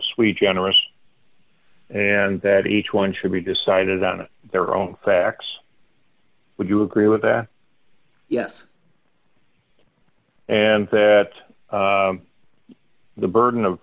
sweet generous and that each one should be decided on their own facts would you agree with that yes and that the burden of